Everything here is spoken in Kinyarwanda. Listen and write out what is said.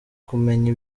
kumenya